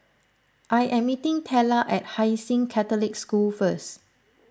I am meeting Tella at Hai Sing Catholic School first